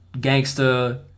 gangster